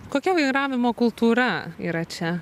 kokia vairavimo kultūra yra čia